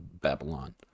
babylon